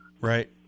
Right